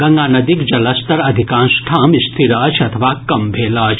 गंगा नदीक जलस्तर अधिकांश ठाम स्थिर अछि अथवा कम भेल अछि